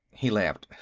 he laughed.